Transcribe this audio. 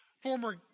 former